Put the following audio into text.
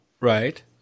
right